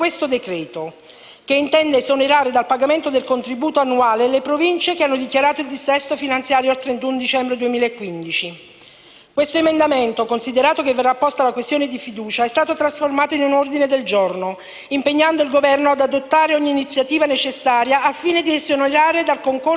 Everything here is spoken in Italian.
Questo emendamento, considerato che verrà posta la questione di fiducia, è stato trasformato in un ordine del giorno, impegnando il Governo ad adottare ogni iniziativa necessaria al fine di esonerare dal concorso al contenimento della spesa pubblica altresì le Province che risultino in stato di dissesto finanziario alla data del 31 dicembre 2015.